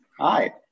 Hi